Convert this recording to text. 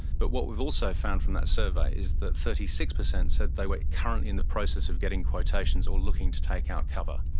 but what we've also found from that survey is that thirty six percent said they were currently in the process of getting quotations or looking to take out cover.